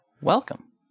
Welcome